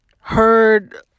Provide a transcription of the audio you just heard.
heard